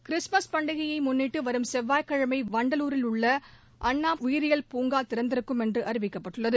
Christmas பண்டிகையை முன்னிட்டு வரும் செவ்வாய் கிழமை வண்டலூரில் உள்ள அண்ணா உயிரியல் பூங்கா திறந்திருக்கும் என்று அறிவிக்கப்பட்டுள்ளது